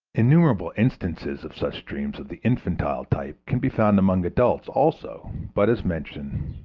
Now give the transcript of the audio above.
innumerable instances of such dreams of the infantile type can be found among adults also, but, as mentioned,